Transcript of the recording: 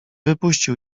wypuścił